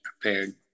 prepared